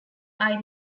eye